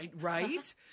Right